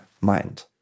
mind